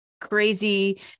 crazy